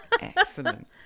Excellent